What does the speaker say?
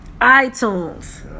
iTunes